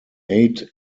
eight